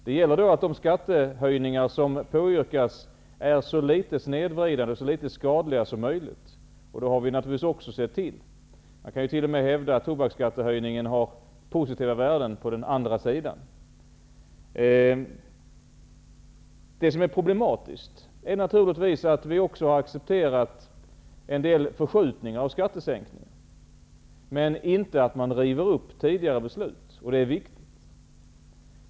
Det gäller då att de skattehöjningar som påyrkas är så litet skadliga som möjligt. Det har vi naturligtvis också sett till. Man kan t.o.m. hävda att höjningen av tobaksskatten har positiva värden på den andra sidan. Det som är problematiskt är att vi också har accepterat en del förskjutningar av skattesänkningen, men inte att man river upp tidigare beslut. Det är viktigt.